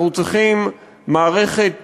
אנחנו צריכים מערכת